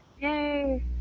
Yay